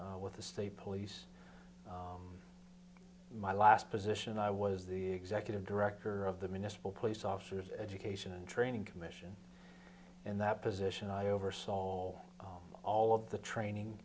with the state police my last position i was the executive director of the municipal police officers education and training commission and that position i oversaw all all of the training